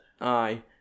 Aye